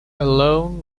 alone